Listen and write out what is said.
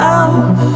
out